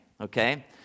Okay